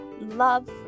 love